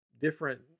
different